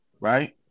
right